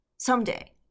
Someday